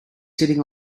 sitting